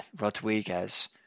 Rodriguez